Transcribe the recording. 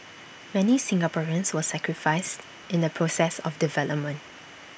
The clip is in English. many Singaporeans were sacrificed in the process of development